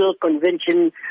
Convention